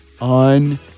on